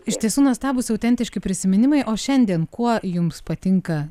iš tiesų nuostabūs autentiški prisiminimai o šiandien kuo jums patinka